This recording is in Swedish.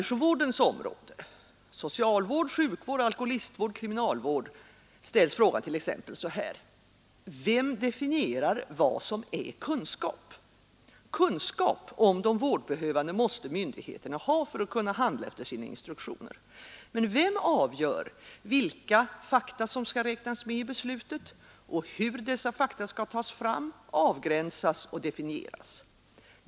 kriminalvård — ställs frågan t.ex. så här: Vem definierar vad som är kunskap? Kunskap om de vårdbehövande måste myndigheterna ha för att kunna handla efter sina instruktioner. Men vem avgör vilka fakta som skall räknas med i beslutet och hur dessa fakta skall tas fram, avgränsas och definieras?